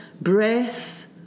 breath